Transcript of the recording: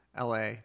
LA